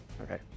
Okay